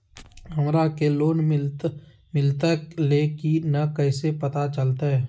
हमरा के लोन मिलता ले की न कैसे पता चलते?